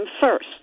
first